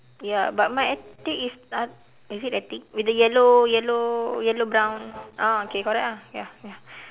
ya but my attic is uh is it attic with the yellow yellow yellow brown ah okay correct ah ya ya